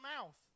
mouth